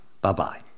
Bye-bye